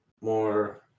more